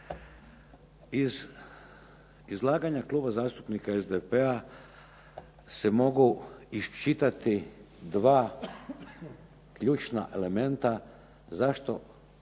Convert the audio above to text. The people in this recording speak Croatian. Iz izlaganja Kluba zastupnika SDP-a se mogu iščitati 2 ključna elementa zašto